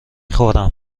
خورم